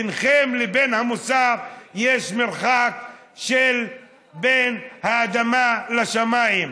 ביניכם לבין המוסר יש מרחק כמו בין האדמה לשמיים.